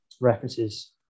references